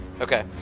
Okay